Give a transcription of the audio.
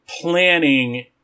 planning